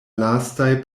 lastaj